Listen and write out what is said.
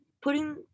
putting